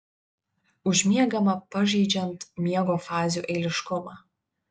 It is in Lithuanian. užmiegama pažeidžiant miego fazių eiliškumą